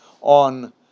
on